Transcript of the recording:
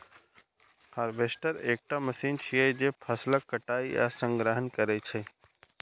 harvester एकटा machine छियै, जे फसलक कटाइ आ संग्रहण करै छै